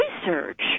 research